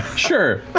sure.